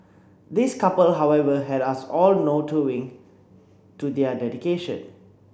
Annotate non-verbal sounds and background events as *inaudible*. this couple however had us all *unintelligible* to their dedication